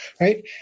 Right